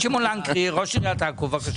שמעון לנקרי, ראש עיריית עכו, בבקשה.